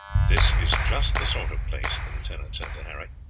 this is just the sort of place, the lieutenant said to harry,